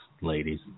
ladies